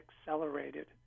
accelerated